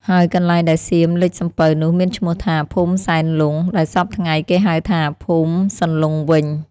ហើយកន្លែងដែលសៀមលិចសំពៅនោះមានឈ្មោះថា ភូមិសែនលង់ តែសព្វថ្ងៃគេហៅថា ភូមិសន្លង់វិញ។